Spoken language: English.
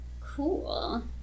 Cool